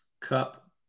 Cup